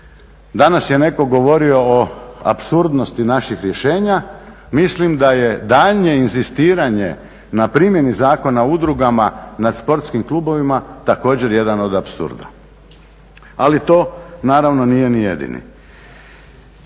Danas je netko govorio o apsurdnosti naših rješenja. Mislim da je daljnje inzistiranje na primjeni Zakona o udrugama nad sportskim klubovima također jedan od apsurda. Ali to naravno nije ni jedini.